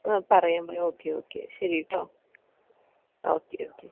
ആ പറയാം പറയാം ഓക്കെ ഓക്കെ ശരി കേട്ടോ ഓക്കെ ഓക്കെ ശരി